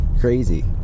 crazy